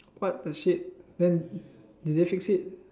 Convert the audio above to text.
what the shit then did they fix it